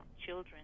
children